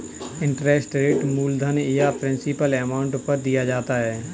interest rate मूलधन या principal amount पर दिया जाता है